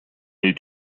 est